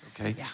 Okay